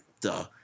Duh